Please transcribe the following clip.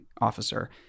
officer